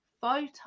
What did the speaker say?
photo